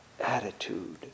attitude